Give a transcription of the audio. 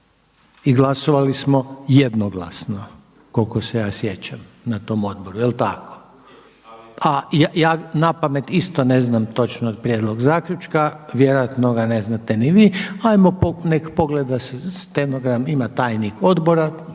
I glasovali smo jednoglasno koliko se ja sjećam na tom odboru, je li tako? …/Upadica se ne čuje./… A ja na pamet isto ne znam točno prijedlog zaključka, vjerojatno ga ne znate ni vi, 'ajmo neka pogleda se stenogram ima tajnik odbora,